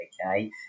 okay